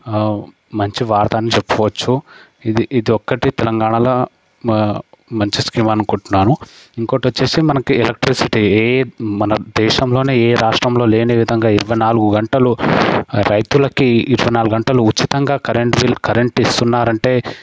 మంచి వార్త అని చెప్పుకోవచ్చు ఇది ఇది ఒక్కటే తెలంగాణలో మంచి స్కీమ్ అనుకుంటున్నాను ఇంకోటి వచ్చేసి మనకి ఎలక్ట్రిసిటీ ఏ మన దేశంలోనే ఏ రాష్ట్రంలో లేని విధంగా ఇరవై నాలుగు గంటలు రైతులకి ఇరవై నాలుగు గంటలు ఉచితంగా కరెంట్ బిల్ కరెంటు ఇస్తున్నారంటే